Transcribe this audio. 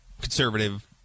conservative